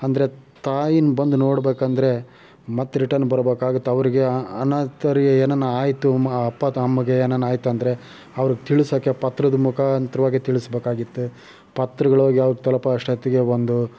ಅಂದರೆ ತಾಯಿನ್ನ ಬಂದು ನೋಡಬೇಕೆಂದ್ರೆ ಮತ್ತೆ ರಿಟರ್ನ್ ಬರ್ಬೇಕಾಗುತ್ತೆ ಅವರಿಗೆ ಅನ ಹೆತ್ತವ್ರಿಗೆ ಏನಾರು ಆಯ್ತು ಅಪ್ಪ ಅಥ್ವಾ ಅಮ್ಮಗೆ ಏನಾರು ಆಯ್ತು ಅಂದರೆ ಅವ್ರಿಗೆ ತಿಳಿಸೋಕ್ಕೆ ಪತ್ರದ ಮುಖಾಂತ್ರವಾಗಿ ತಿಳಿಸ್ಬೇಕಾಗಿತ್ತು ಪತ್ರಗಳೋಗಿ ಅವ್ರಿಗೆ ತಲುಪು ಅಷ್ಟೊತ್ತಿಗೆ ಒಂದು